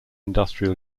industrial